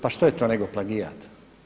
Pa što je to nego plagijat?